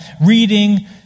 reading